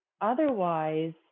otherwise